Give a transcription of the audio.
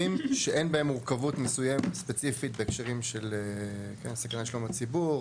שאין בהם מורכבות מסוימת ספציפית בהקשרים של סכנה לשלום הציבור,